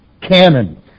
canon